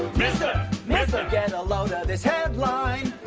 mister mister get a load of this headline